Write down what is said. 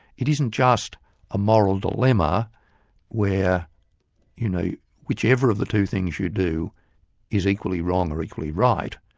it isn't just a moral dilemma where you know whichever of the two things you do is equally wrong or equally right,